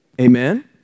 Amen